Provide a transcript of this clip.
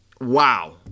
wow